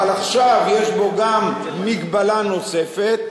אבל עכשיו יש בו גם מגבלה נוספת,